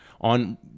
on